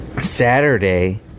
Saturday